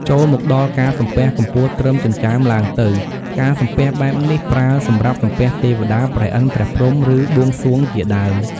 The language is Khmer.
ចូលមកដល់ការសំពះកម្ពស់ត្រឹមចិញ្ចើមឡើងទៅ ការសំពះបែបនេះប្រើសម្រាប់សំពះ ទេវតា ព្រះឥន្ទ ព្រះព្រហ្ម ឬបួងសួងជាដើម។